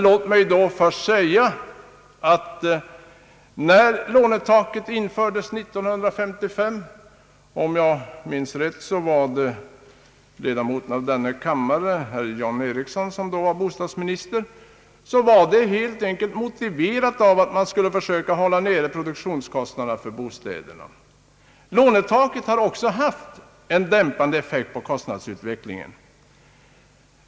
Låt mig då först säga att när lånetaket infördes 1955 — om jag minns rätt, var det ledamoten av denna kammare herr John Ericsson som då var bostadsminister — var det helt enkelt motiverat av att man skulle försöka hålla nere produktionskostnaderna för bostäderna. Lånetaket har också haft en dämpande effekt på kostnadsutvecklingen.